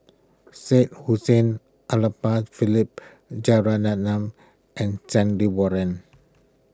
Syed Hussein Philip Jeyaretnam and Stanley Warren